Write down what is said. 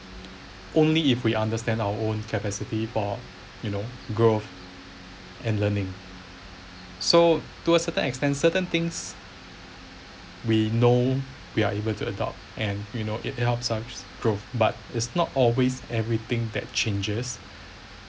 only if we understand our own capacity for you know growth and learning so to a certain extent certain things we know we are able to adopt and you know it it helps us grow but it's not always everything that changes